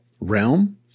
realm